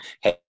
hey